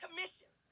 Commission